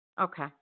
Okay